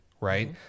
right